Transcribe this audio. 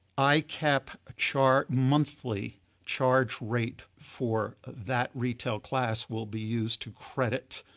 icap ah chart monthly charge rate for that retail class will be used to credit